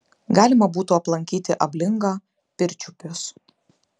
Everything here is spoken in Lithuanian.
galima būtų aplankyti ablingą pirčiupius